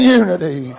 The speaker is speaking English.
unity